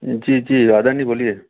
जी जी रादानी बोलिए